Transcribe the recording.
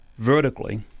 vertically